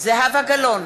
זהבה גלאון,